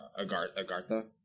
Agartha